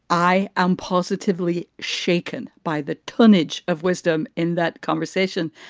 i am positively shaken by the tonnage of wisdom in that conversation.